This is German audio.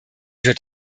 wird